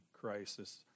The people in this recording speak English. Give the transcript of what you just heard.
crisis